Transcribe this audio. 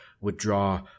withdraw